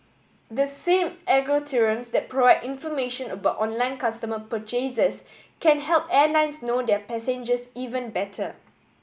the same algorithms that provide information about online consumer purchases can help airlines know their passengers even better